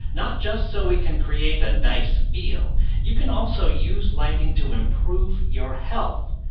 not just so we can create a nice feel you can also use lighting to improve your health.